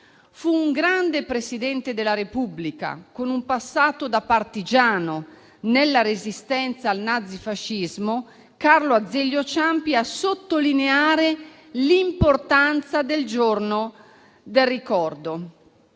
Fu un grande Presidente della Repubblica, con un passato da partigiano nella resistenza al nazifascismo, Carlo Azeglio Ciampi, a sottolineare l'importanza del Giorno del ricordo.